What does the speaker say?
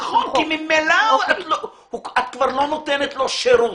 נכון, כי ממילא את כבר לא נותנת לו שירות.